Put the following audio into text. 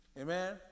Amen